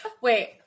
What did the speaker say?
Wait